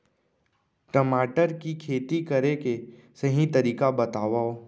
टमाटर की खेती करे के सही तरीका बतावा?